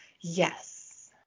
Yes